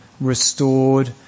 restored